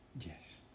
Yes